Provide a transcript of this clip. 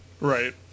Right